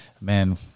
man